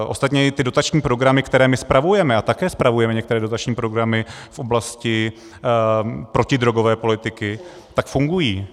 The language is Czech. Ostatně i ty dotační programy, které my spravujeme, a také spravujeme některé dotační programy v oblasti protidrogové politiky, tak fungují.